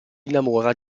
innamora